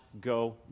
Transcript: go